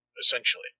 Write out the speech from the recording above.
Essentially